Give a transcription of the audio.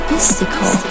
Mystical